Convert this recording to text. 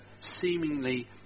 seemingly